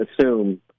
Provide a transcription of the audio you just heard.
assume